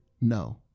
no